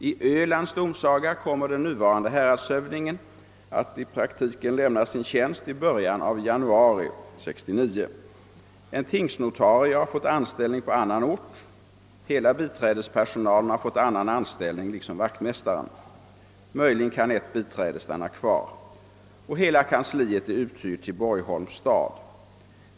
I Ölands domsaga kommer den nuvarande häradshövdingen i praktiken att lämna sin tjänst i början av januari 1969. En tingsnotarie har fått anställning på annan ort. Hela biträdespersonalen har fått annan anställning liksom vaktmästaren. Möjligen kan ett biträde Stanna kvar. Hela kansliet är uthyrt till Borgholms stad.